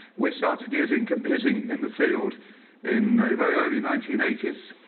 we started using computing in the field in the very early nineteen eighty s,